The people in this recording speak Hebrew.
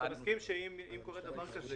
אם קורה דבר כזה,